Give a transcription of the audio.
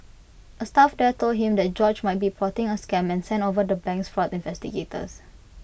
A staff there told him that George might be plotting A scam and sent over the bank's fraud investigators